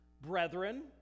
brethren